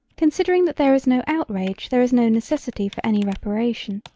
considering that there is no outrage there is no necessity for any reparation,